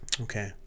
okay